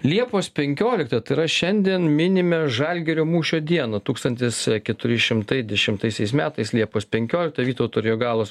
liepos penkioliktą tai yra šiandien minime žalgirio mūšio dieną tūkstantis keturi šimtai dešimtaisiais metais liepos penkioliktą vytauto ir jogailos